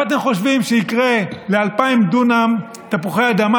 מה אתם חושבים שיקרה ל-2,000 דונם תפוחי אדמה